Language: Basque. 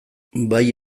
bai